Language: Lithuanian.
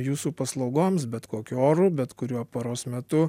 jūsų paslaugoms bet kokiu oru bet kuriuo paros metu